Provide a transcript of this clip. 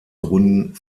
gründen